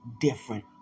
different